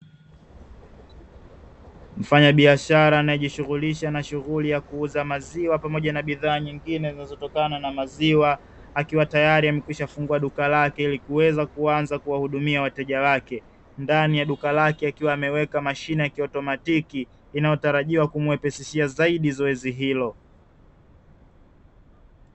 Mfanyabiashara anayejishughulisha na shughuli ya kuuza maziwa pamoja na bidhaa nyingine zinazotokana na maziwa akiwa tayari amekwisha fungua duka lake ili kuweza kuanza kuwahudumia wateja wake, ndani ya duka lake akiwa ameweka mashine ya kiautomatiki inayotarajiwa kumwepesishia zaidi zoezi hilo.